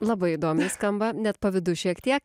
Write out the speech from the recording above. labai įdomiai skamba net pavydu šiek tiek